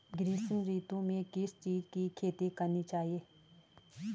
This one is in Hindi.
ग्रीष्म ऋतु में किस चीज़ की खेती करनी चाहिये?